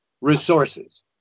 resources